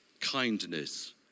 Kindness